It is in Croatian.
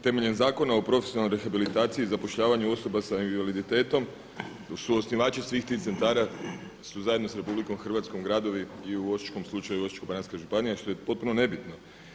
Temeljem Zakona o profesionalnoj rehabilitaciji i zapošljavanju osoba s invaliditetom su osnivači svih tih centara su zajedno s Republikom Hrvatskom gradovi i u osječkom slučaju Osječko-baranjska županija što je potpuno nebitno.